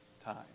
time